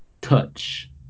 touch